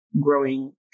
growing